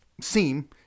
seem